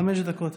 חמש דקות,